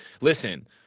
listen